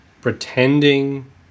pretending